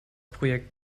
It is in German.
projekt